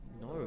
No